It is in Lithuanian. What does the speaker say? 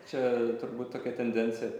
čia turbūt tokia tendencija